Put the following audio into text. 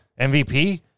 MVP